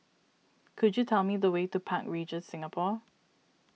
could you tell me the way to Park Regis Singapore